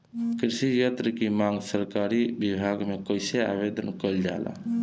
कृषि यत्र की मांग सरकरी विभाग में कइसे आवेदन कइल जाला?